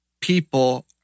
people